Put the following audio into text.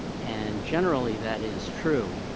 and generally, that is true,